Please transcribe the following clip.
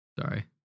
Sorry